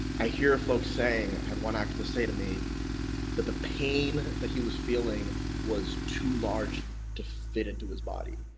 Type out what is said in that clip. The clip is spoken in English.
i hear folks saying, i had one activist say to me that the pain that he was feeling was too large to fit into his body.